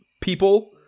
people